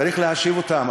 אז אתה, צריך להשיב אותם.